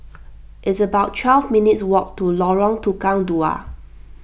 it's about twelve minutes' walk to Lorong Tukang Dua